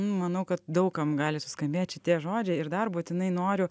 manau kad daug kam gali suskambėt šitie žodžiai ir dar būtinai noriu